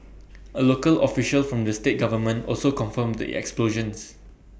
A local official from the state government also confirmed the explosions